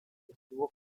estuvo